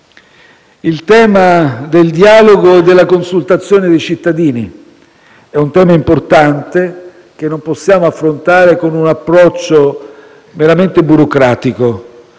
Il tema del dialogo e della consultazione dei cittadini è un tema importante e non possiamo affrontarlo con un approccio meramente burocratico.